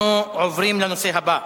אנחנו עוברים לנושא הבא: